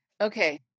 okay